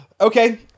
Okay